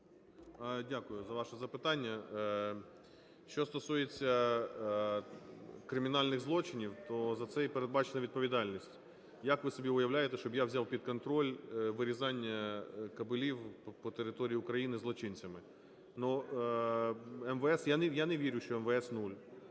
Дякую за ваше запитання. Що стосується кримінальних злочинів, то за це передбачена відповідальність. Як ви собі уявляєте, щоб я взяв під контроль вирізання кабелів по території України злочинцями? Ну, МВС… Я не вірю, що МВС – нуль.